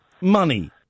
money